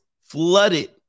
flooded